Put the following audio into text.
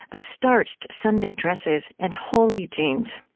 of starched sunday dresses and holey jeans.